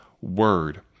word